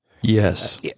yes